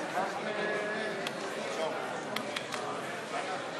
חברי הכנסת, נא לשבת.